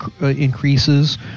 increases